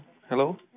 Hello